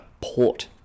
port